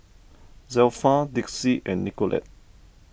Zelpha Dixie and Nicolette